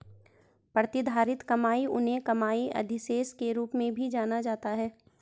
प्रतिधारित कमाई उन्हें कमाई अधिशेष के रूप में भी जाना जाता है